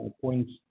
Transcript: points